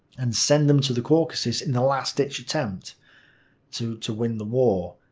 and send them to the caucasus in the last ditch attempt to to win the war.